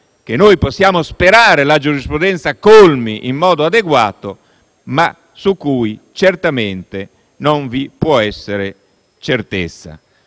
che noi possiamo sperare la giurisprudenza colmi in modo adeguato, ma su cui certamente non vi può essere certezza.